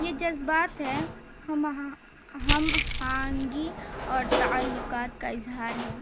یہ جذبات ہے ہم ہم ہانگی اور تعلقات کا اظہار ہے